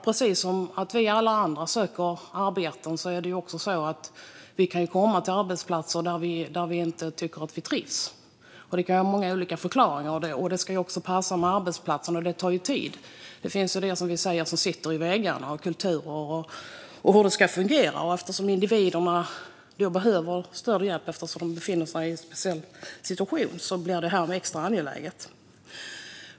Precis som när alla vi andra söker arbete kan man komma till arbetsplatser där man inte trivs. Det kan ha många olika förklaringar. Det ska också passa med arbetsplatsen, och det tar tid. Det finns kulturer och sådant som vi säger sitter i väggarna när det gäller hur det ska fungera, och eftersom individerna är i en situation där de behöver stöd och hjälp blir det extra angeläget.